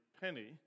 penny